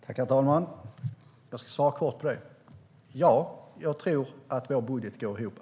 Herr talman! Jag ska svara kort. Ja, jag tror att vår budget går ihop.